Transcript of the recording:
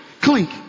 clink